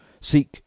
Seek